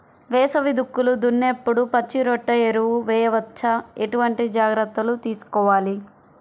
వేసవి దుక్కులు దున్నేప్పుడు పచ్చిరొట్ట ఎరువు వేయవచ్చా? ఎటువంటి జాగ్రత్తలు తీసుకోవాలి?